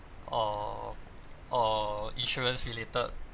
or or insurance related